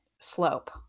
slope